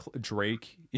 Drake